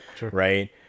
Right